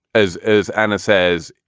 as as anna says,